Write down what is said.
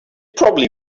probably